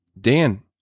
Dan